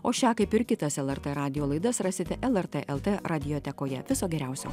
o šią kaip ir kitas lrt radijo laidas rasite lrt lt radiotekoje viso geriausio